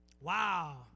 Wow